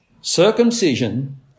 Circumcision